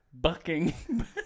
bucking